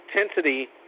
intensity